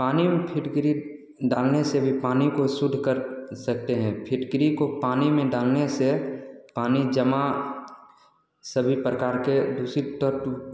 पानी में फिटकरी डालने से भी पानी को शुद्ध कर सकते हैं फिटकिरी को पानी में डालने से पानी जमा सभी प्रकार के दूषित तत्व